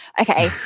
okay